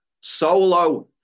solo